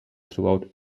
throughout